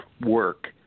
work